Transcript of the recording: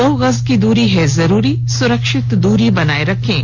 दो गज की दूरी है जरूरी सुरक्षित दूरी बनाए रखें